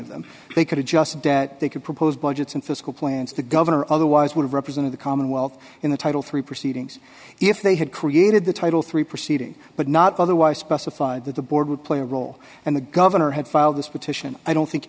of them they could have just debt they could propose budgets and fiscal plans the governor otherwise would have represented the commonwealth in the title three proceedings if they had created the title three proceeding but not otherwise specified that the board would play a role and the governor had filed this petition i don't think